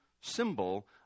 symbol